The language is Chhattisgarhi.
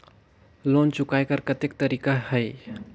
लोन चुकाय कर कतेक तरीका है?